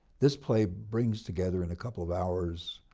this play brings together in a couple of hours